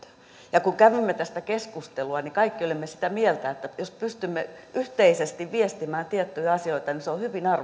ja kun kävimme tästä keskustelua niin kaikki olimme sitä mieltä että jos pystymme yhteisesti viestimään tiettyjä asioita niin se on hyvin arvokasta